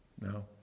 No